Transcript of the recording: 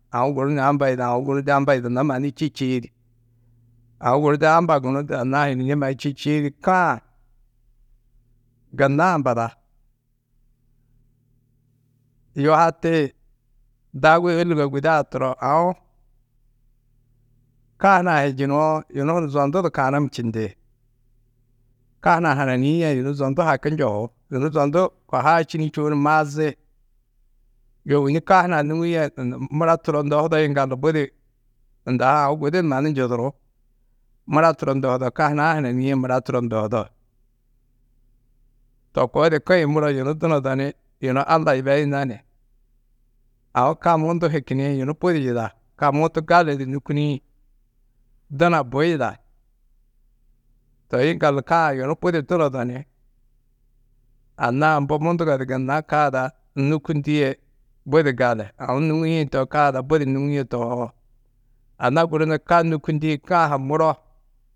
Aũ guru amba yida aũ guru amba yidannó mannu čî, čîidi aũ guru de amba gunú anna-ã de yunu yi čî čîidi. Ka-ã gunna ambada. Yuhati dagi ôllugo guda-ã turo aũ ka hunã hinjinoo yunu hunu zondu du kanum čindi. Ka hunã hananîe yunu zondu haki njohú, yunu zondu kohaar činî čûwo ni mazi. Yoo ôwonni ka hunã nûŋie mura turo ndohudo yiŋgaldu budi unda ha aũ gudi di mannu njudurú. Mura turo ndohudo ka hunã hananîe mura turo ndohudo. To koo di ko-ĩ muro yunu dunodo ni, yunu Alla yibeyinno ni, aũ ka mundu hikinĩ yunu budi yida. Ka mundu gali di nûkunĩ duna bui yida. Toi yiŋɡaldu ka-ã yunu budi dunodo ni anna-ã mbo mundugo di gunna ka ada nûkundie budi gali, aũ nûŋiĩ to ka ada budi nûŋie tohoo anna guru ni ka nûkundĩ ka-ã ha muro.